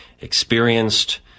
Experienced